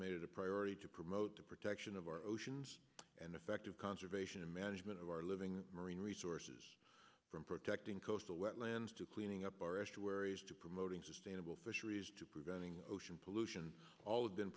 made it a priority to promote the protection of our oceans and effective conservation and management of our living marine resources from protecting coastal wetlands to cleaning up our estuaries to promoting sustainable fisheries to preventing ocean pollution all